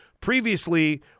Previously